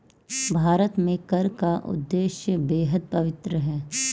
भारत में कर का उद्देश्य बेहद पवित्र है